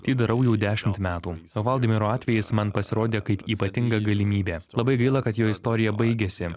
tai darau jau dešimt metų o hvaldimiro atvejis man pasirodė kaip ypatinga galimybė labai gaila kad jo istorija baigėsi